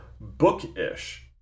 bookish